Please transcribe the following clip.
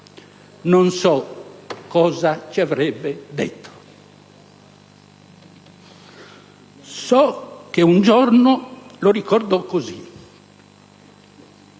Non so cosa ci avrebbe detto. So che un giorno lo ricordò così: